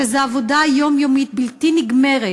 כי זו עבודה יומיומית בלתי נגמרת